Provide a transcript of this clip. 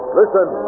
listen